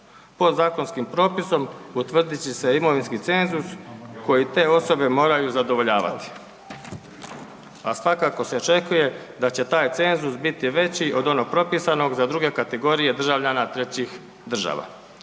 Podzakonskim propisom utvrdit će se imovinski cenzus koji te osobe moraju zadovoljavati, a svakako se očekuje da će taj cenzus biti veći od onog propisanog za druge kategorije državljana trećih država.